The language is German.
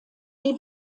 die